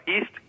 east